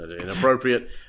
inappropriate